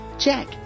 Check